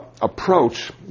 approach